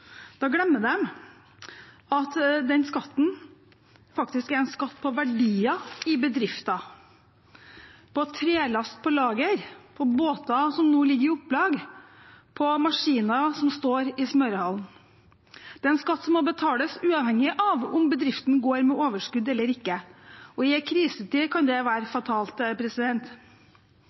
på verdier i bedrifter – på trelast på lager, på båter som nå ligger i opplag, på maskiner som står i smørehallen. Det er en skatt som må betales uavhengig av om bedriften går med overskudd eller ikke, og i en krisetid kan det være fatalt.